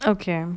okay mm